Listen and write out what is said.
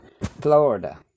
Florida